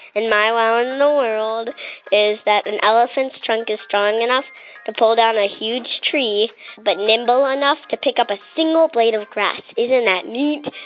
and my wow in the world is that an elephant's trunk is strong enough to pull down a huge tree but nimble enough to pick up a single blade of grass. isn't that neat?